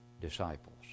disciples